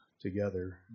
together